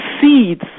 seeds